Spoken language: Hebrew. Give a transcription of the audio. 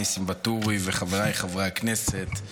ניסים ואטורי וחבריי חברי הכנסת,